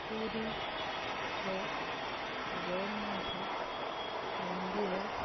ପୁରୀର ଜଗନ୍ନାଥ ମନ୍ଦିର